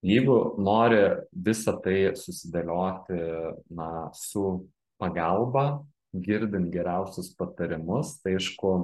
jeigu nori visa tai susidėlioti na su pagalba girdint geriausius patarimus aišku